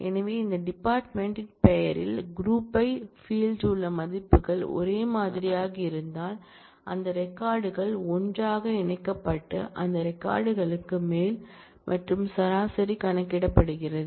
எனவே இந்த டிபார்ட்மென்ட் ன் பெயரில் க்ரூப் பை ஃபீல்ட் ல் உள்ள மதிப்புகள் ஒரே மாதிரியாக இருந்தால் அந்த ரெக்கார்ட் கள் ஒன்றாக இணைக்கப்பட்டு அந்த ரெக்கார்ட் களுக்கு மேல் மற்றும் சராசரி கணக்கிடப்படுகிறது